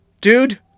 dude